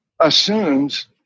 assumes